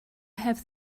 have